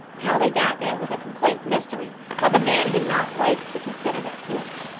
how they got there was a complete mystery, but the men did not wait to consider that point.